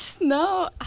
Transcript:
No